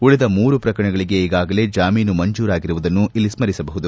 ಉಳಿದ ಮೂರು ಶ್ರಕರಣಗಳಿಗೆ ಈಗಾಗಲೇ ಜಾಮೀನು ಮಂಜೂರಾಗಿರುವುದನ್ನು ಇಲ್ಲಿ ಸ್ಪರಿಸಬಹುದು